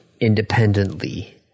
independently